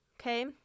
okay